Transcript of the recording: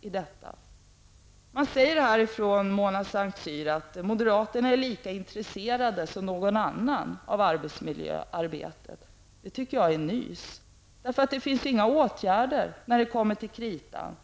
i detta. Moderaternas Mona Saint Cyr säger här att moderaterna är lika intresserade som några andra av arbetsmiljöverksamheten. Jag tycker att det är nys. När det kommer till kritan har de inte några åtgärder att anvisa.